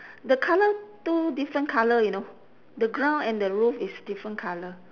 the colour two different colour you know the ground and the roof is different colour